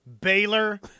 Baylor